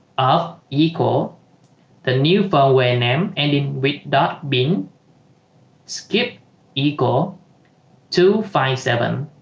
of equal the new for when m ending with dot bin skip equal to five seven